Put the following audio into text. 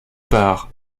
par